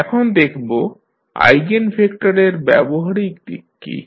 এখন দেখব আইগেনভেক্টরের ব্যবহারিক দিক কী